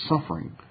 suffering